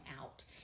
out